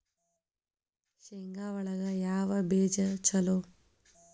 ಶೇಂಗಾ ಒಳಗ ಯಾವ ಬೇಜ ಛಲೋ?